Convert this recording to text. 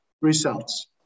results